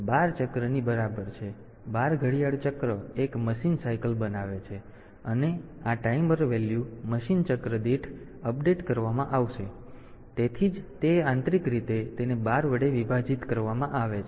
12 ચક્રની બરાબર છે 12 ઘડિયાળ ચક્ર 1 મશીન ચક્ર બનાવે છે અને આ ટાઈમર વેલ્યુ મશીન ચક્ર દીઠ અપડેટ કરવામાં આવે છે તેથી તેથી જ તે આંતરિક રીતે તેને 12 વડે વિભાજિત કરવામાં આવે છે